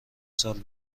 سال